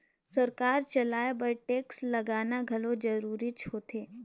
सरकार चलाए बर टेक्स लगाना घलो जरूरीच होथे